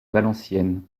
valenciennes